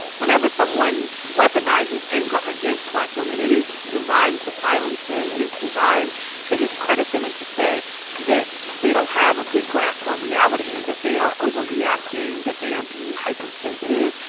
whenever someone weaponizes anger against black women, it is designed to silence them. it is designed to discredit them and to say that they don't have a good grasp on um reality, that they are overreacting, that they are being hypersensitive,